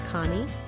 Connie